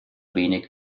wenig